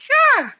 Sure